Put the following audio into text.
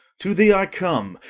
to thee i come,